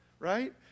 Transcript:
Right